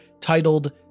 titled